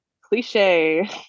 Cliche